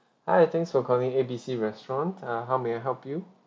hi thanks for calling A B C restaurant uh how may I help you